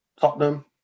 Tottenham